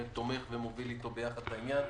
שתומך ומוביל איתו יחד את העניין.